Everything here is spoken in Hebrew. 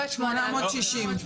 בסביבות 800. לא, לא.